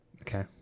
Okay